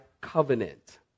covenant